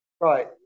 Right